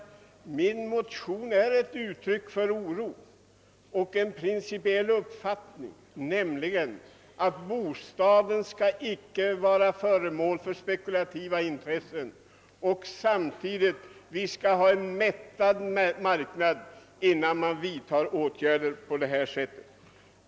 Min motion är ett uttryck för oro och för den principiella uppfattningen, att bostaden icke skall vara föremål för spekulativa intressen och att vi skall ha en mättad marknad innan vi vidtar åtgärder av detta slag.